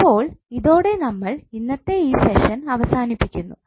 അപ്പോൾ ഇതോടെ നമ്മൾ ഇന്നത്തെ ഈ സെഷൻ അവസാനിപ്പിക്കുന്നു